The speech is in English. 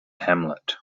hamlet